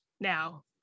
now